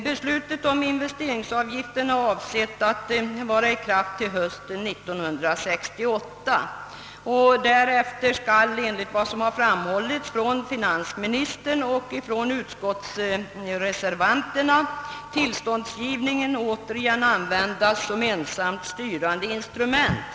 Beslutet om investeringsavgiften är avsett att vara i kraft till hösten 1968, och därefter skall enligt vad finansministern och <utskottsreservanterna har framhållit tillståndsgivningen återigen användas som ensamt styrande instrument.